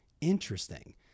interesting